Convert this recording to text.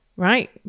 right